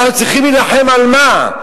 אנחנו צריכים להילחם, על מה?